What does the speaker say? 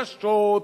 קשות,